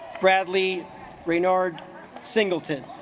bradley renard singleton